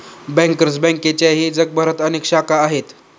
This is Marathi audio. बँकर्स बँकेच्याही जगभरात अनेक शाखा आहेत